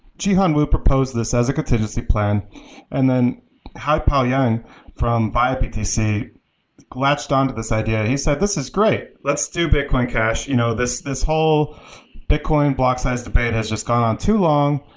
jihan wu proposed this as a contingency plan and then haipo yang from viabtc latched on to this idea. he said, this is great. let's do bitcoin cash. you know this this whole bitcion block size debate has just gone on too long.